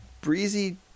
breezy